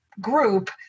group